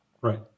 right